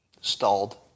stalled